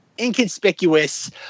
inconspicuous